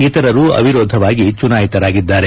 ಇತರರು ಅವಿರೋಧವಾಗಿ ಚುನಾಯಿತರಾಗಿದ್ದಾರೆ